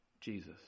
Jesus